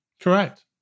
Correct